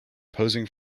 posing